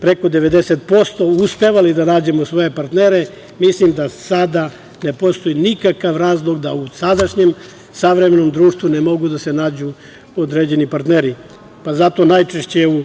preko 90% uspevali da nađemo svoje partnere, mislim da sada ne postoji nikakav razlog da u sadašnjem savremenom društvu ne mogu da se nađu određeni partneri. Zato najčešće u